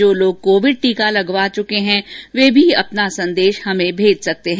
जो लोग कोविड टीका लगवा चुके हैं वे भी अपना संदेश भेज सकते हैं